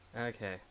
Okay